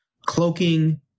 Cloaking